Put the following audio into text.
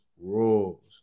rules